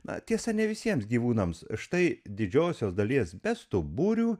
na tiesa ne visiems gyvūnams štai didžiosios dalies bestuburių